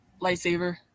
Lightsaber